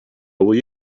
will